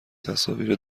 تصاویر